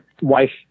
wife